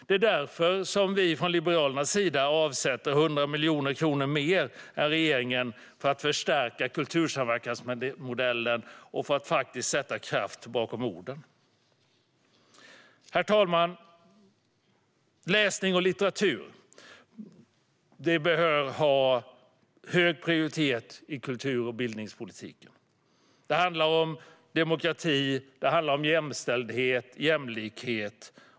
Det är därför vi från Liberalernas sida avsätter 100 miljoner kronor mer än regeringen för att förstärka kultursamverkansmodellen och faktiskt sätta kraft bakom orden. Herr talman! Läsning och litteratur bör ha hög prioritet i kultur och bildningspolitiken. Det handlar om demokrati, och det handlar om jämställdhet och jämlikhet.